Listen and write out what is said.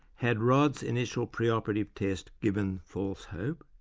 had rod's initial preoperative test given false hope?